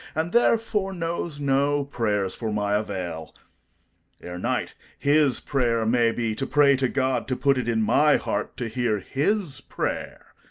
and therefore knows no prayers for my avail ere night his prayer may be to pray to god, to put it in my heart to hear his prayer.